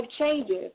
Changes